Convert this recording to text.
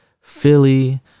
Philly